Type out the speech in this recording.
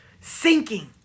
sinking